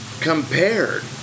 Compared